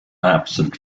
absent